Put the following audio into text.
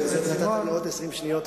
נתת לי עוד 20 שניות.